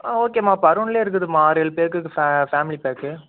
ஆ ஓகேம்மா அப்போ அருணில் இருக்குதும்மா ஆறு ஏழு பேருக்குக்கு ஃபே ஃபேமிலி பேக்கு